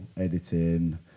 editing